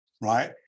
right